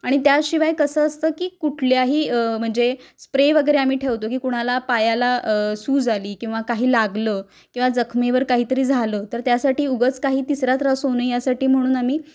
आणि त्याशिवाय कसं असतं की कुठल्याही म्हणजे स्प्रे वगैरे आम्ही ठेवतो की कुणाला पायाला सूज आली किंवा काही लागलं किंवा जखमेवर काहीतरी झालं तर त्यासाठी उगंच काही तिसरा त्रास होऊ नये यासाठी म्हणून आम्ही